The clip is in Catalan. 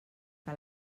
que